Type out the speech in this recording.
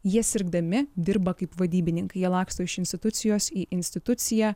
jie sirgdami dirba kaip vadybininkai jie laksto iš institucijos į instituciją